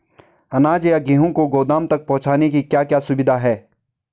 अनाज या गेहूँ को गोदाम तक पहुंचाने की क्या क्या सुविधा है?